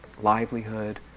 livelihood